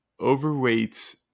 overweight